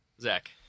Zach